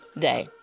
day